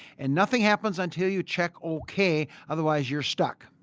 and nothing happens until you check ok otherwise you are stuck.